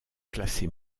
classée